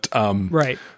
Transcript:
right